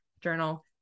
journal